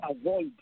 avoid